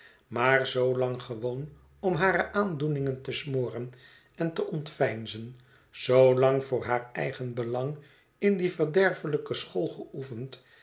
maar zoolang gewoon om hare aandoeningen te smoren en te ontveinzen zoolang voor haar eigen belang in die verderfelijke school geoefend